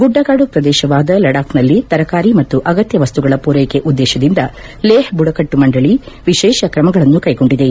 ಗುಢಗಾಡು ಪ್ರದೇಶವಾದ ಲಡಾಕ್ನಲ್ಲಿ ತರಕಾರಿ ಮತ್ತು ಅಗತ್ತ ವಸ್ಸುಗಳ ಪೂರೈಕೆ ಉದ್ದೇಶದಿಂದ ಲೇಹ್ ಬುಡಕಟ್ಟು ಮಂಡಳಿ ವಿಶೇಷ ಕ್ರಮಗಳನ್ನು ಕೈಗೊಂಡಿದೆ